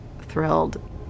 thrilled